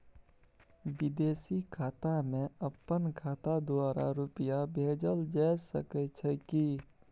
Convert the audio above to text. विदेशी खाता में अपन खाता द्वारा रुपिया भेजल जे सके छै की?